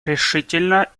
решительно